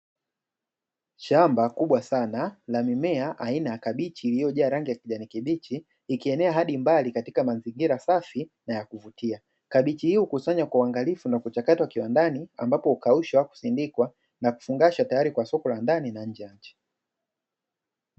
Shamba kubwa sana la mimea aina ya kabichi iliyojaa rangi ya kijani kibichi ikienea hadi mbali katika mazingira safi na ya kuvutia. Kabichi hii hukusanywa kwa uangalifu na kuchakatwa kiwandani ambapo hukaushwa, husindikwa na kufungasha tayari kwa soko la ndani na nje ya nchi.